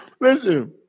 listen